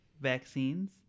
vaccines